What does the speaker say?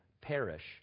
perish